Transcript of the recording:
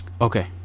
okay